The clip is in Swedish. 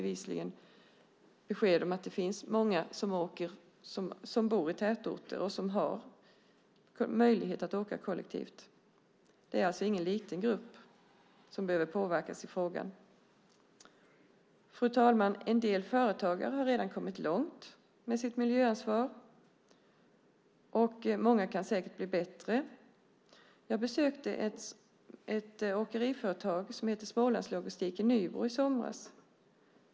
Vi fick besked om att det är många som åker som bor i tätorter och som har möjlighet att åka kollektivt. Det är alltså ingen liten grupp som behöver påverkas i frågan. Fru talman! En del företagare har redan kommit långt med sitt miljöansvar. Många kan säkert bli bättre. Jag besökte i somras ett åkeriföretag i Nybro som heter Smålandslogistik.